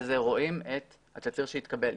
רואים את התצהיר שהתקבל.